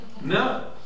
No